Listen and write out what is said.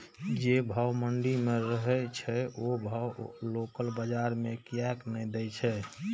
जे भाव मंडी में रहे छै ओ भाव लोकल बजार कीयेक ने दै छै?